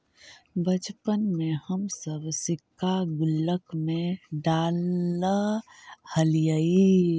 बचपन में हम सब सिक्का गुल्लक में डालऽ हलीअइ